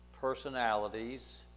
personalities